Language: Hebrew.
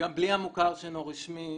גם בלי המוכר שאינו רשמי,